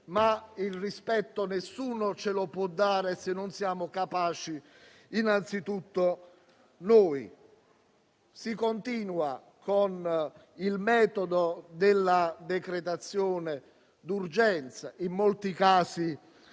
ma il rispetto nessuno ce lo può dare se non siamo capaci innanzitutto noi. Si continua con il metodo della decretazione d'urgenza, in molti casi